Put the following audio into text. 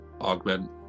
augment